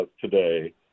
today